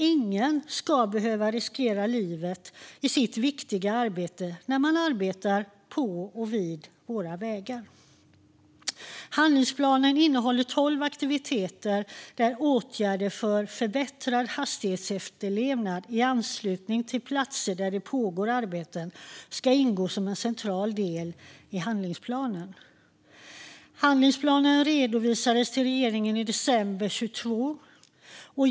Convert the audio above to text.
Ingen ska behöva riskera livet i sitt viktiga arbete när man arbetar på och vid våra vägar. Handlingsplanen innehåller tolv aktiviteter, där åtgärder för förbättrad hastighetsefterlevnad i anslutning till platser där det pågår arbeten ska ingå som en central del. Handlingsplanen redovisades till regeringen i december 2022.